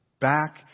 back